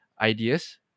ideas